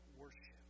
worship